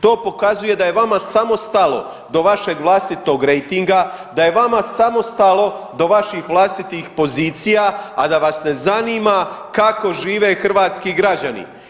To pokazuje da je vama samo stalo do vašeg vlastitog rejtinga, da je vama samo stalo do vaših vlastitih pozicija, a da vas ne zanima kako žive hrvatski građani.